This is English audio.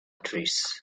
trees